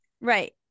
right